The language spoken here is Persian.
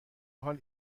حال